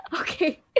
Okay